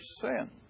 sin